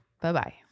Bye-bye